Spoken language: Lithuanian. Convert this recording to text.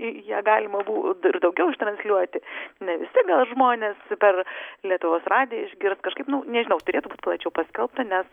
į ją galima bū ir daugiau ištransliuoti ne vistiek gal žmonės per lietuvos radiją išgirt kažkaip nu nežinau turėtų būt plačiau paskelbta nes